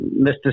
Mr